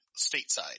stateside